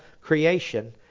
creation